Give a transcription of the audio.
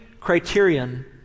criterion